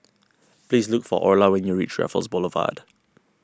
please look for Orla when you reach Raffles Boulevard